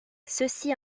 ceci